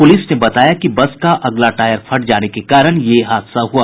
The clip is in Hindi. पूलिस ने बताया कि बस का अगला टायर फट जाने के कारण यह हादसा हुआ